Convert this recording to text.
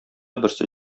берсе